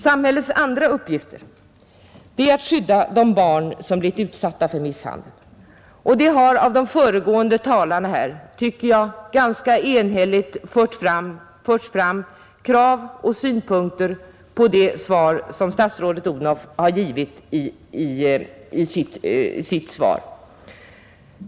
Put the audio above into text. Samhällets andra uppgift är att skydda de barn som blivit utsatta för misshandel. De föregående talarna har, tycker jag, ganska enhälligt fört fram krav och synpunkter med anledning av det svar som statsrådet Odhnoff har givit.